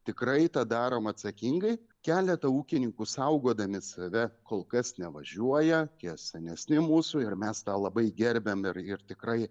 tikrai tą darom atsakingai keletą ūkininkų saugodami save kol kas nevažiuoja jie senesni mūsų ir mes tą labai gerbiam ir ir tikrai